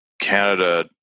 Canada